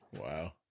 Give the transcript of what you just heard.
Wow